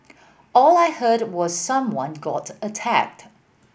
all I heard was someone got attacked